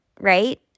right